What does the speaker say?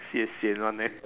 sibeh sian one leh